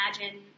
imagine